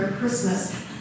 Christmas